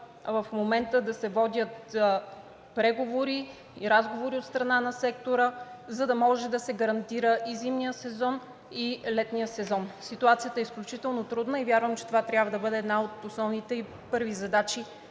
в момента да се водят преговори и разговори от страна на сектора, за да може да се гарантират и зимният, и летният сезон. Ситуацията е изключително трудна и вярвам, че това трябва да бъде една от основните и първите задачи